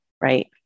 right